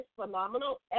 phenomenal